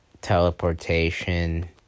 teleportation